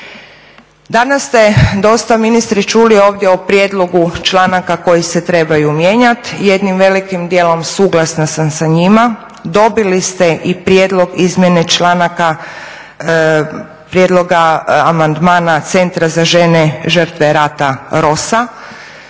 Danas ste dosta ministre čuli ovdje o prijedlogu članaka koji se trebaju mijenjat. Jednim velikim dijelom suglasna sam sa njima. Dobili ste i prijedlog izmjene članaka prijedloga amandmana Centra za žene žrtve rata Rosa.